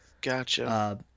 Gotcha